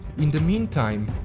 in the meantime,